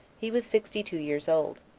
he was sixty-two years old.